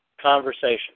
Conversation